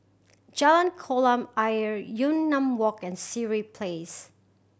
Jalan Kolam Ayer Yunnan Walk and Sireh Place